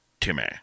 Timmy